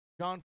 John